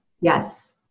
Yes